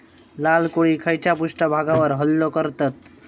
लाल कोळी खैच्या पृष्ठभागावर हल्लो करतत?